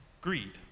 greed